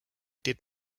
did